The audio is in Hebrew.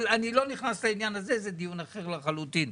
אני לא נכנס לעניין הזה, זה דיון אחר לחלוטין.